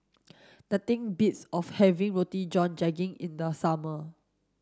nothing beats of having Roti John Daging in the summer